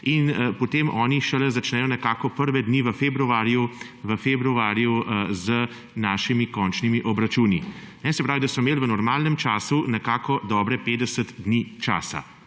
in potem šele oni začnejo nekako prve dni v februarju z našimi končnimi obračuni. Se pravi, da so imeli v normalnem času nekako dobrih 50 dni časa.